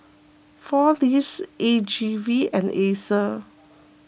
four Leaves A G V and Acer